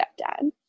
stepdad